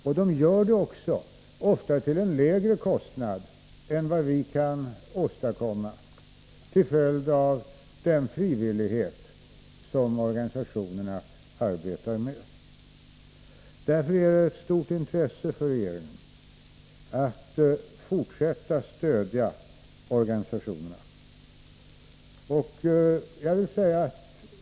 Till följd av den frivillighet som organisationerna arbetar med gör de det också ofta till en lägre kostnad än vad vi kan åstadkomma. Därför är det ett stort intresse för regeringen att fortsätta att stödja organisationerna.